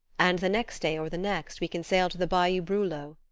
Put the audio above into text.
and the next day or the next we can sail to the bayou brulow,